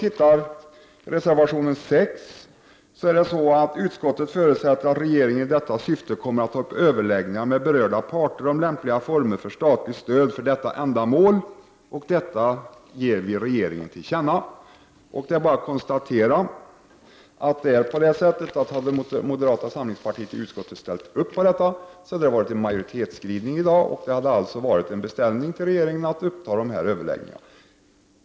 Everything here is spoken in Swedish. I reservationen står det däremot: ”Utskottet förutsätter att regeringen i detta syfte kommer att ta upp överläggningar med berörda parter om lämpliga former för statligt stöd för detta ändamål.” Och detta ger vi regeringen till känna. Det är bara att konstatera att om moderata samlingspartiet i utskottet ställt upp bakom detta förslag, så hade det varit en majoritetsskrivning i dag. Det hade alltså inneburit en beställning till regeringen att uppta dessa överläggningar.